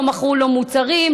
לא מכרו לו מוצרים,